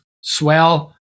swell